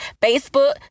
facebook